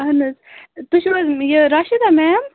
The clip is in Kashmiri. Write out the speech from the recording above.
اَہن حظ تُہۍ چھُو حظ یہِ راشِدہ میم